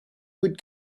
would